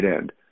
end